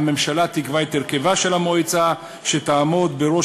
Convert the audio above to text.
הממשלה תקבע את הרכבה של המועצה שתעמוד בראש